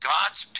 God's